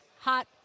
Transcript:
hot